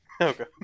Okay